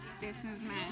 businessman